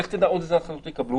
ולך תדע אילו עוד החלטות יקבלו.